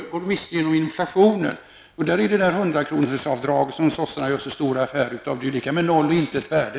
till följd av inflationen. Där har vi det avdrag på 100 kr. som socialdemokraterna gör så stor affär av. Det är ju av noll och intet värde.